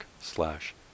slash